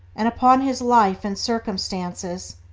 and upon his life and circumstances,